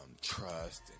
trust